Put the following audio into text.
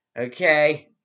Okay